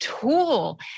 tool